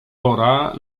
wora